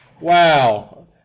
Wow